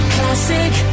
Classic